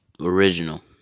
Original